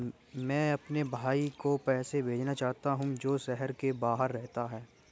मैं अपने भाई को पैसे भेजना चाहता हूँ जो शहर से बाहर रहता है